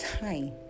time